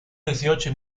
dieciocho